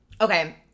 Okay